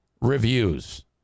Reviews